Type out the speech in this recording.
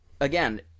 again